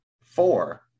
four